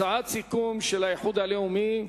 הצעת סיכום של האיחוד הלאומי,